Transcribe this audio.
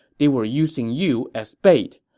they were using you as bait.